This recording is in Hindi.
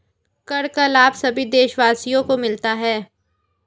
कर का लाभ सभी देशवासियों को मिलता है